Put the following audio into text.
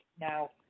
now